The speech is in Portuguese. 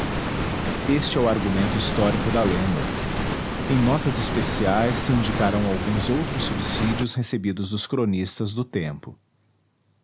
este é o argumento histórico da lenda em notas especiais se indicarão alguns outros subsídios recebidos dos cronistas do tempo